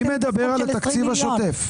אני מדבר על התקציב השוטף.